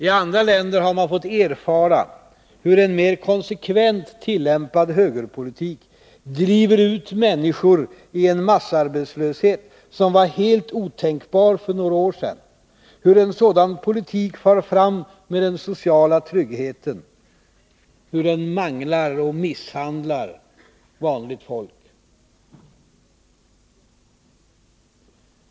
I andra länder har man fått erfara hur en mer konsekvent tillämpad högerpolitik driver ut människor i en massarbetslöshet som var helt otänkbar för några år sedan, hur en sådan politik far fram med den sociala tryggheten, hur den manglar och misshandlar vanligt folk.